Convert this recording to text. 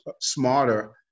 smarter